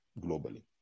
globally